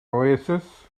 oasis